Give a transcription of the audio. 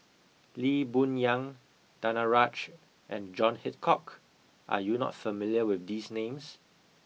Lee Boon Yang Danaraj and John Hitchcock are you not familiar with these names